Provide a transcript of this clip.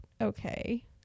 okay